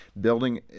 building